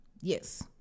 Yes